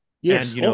Yes